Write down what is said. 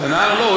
את הנער לא,